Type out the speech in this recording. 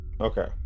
Okay